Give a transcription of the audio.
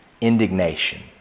indignation